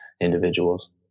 individuals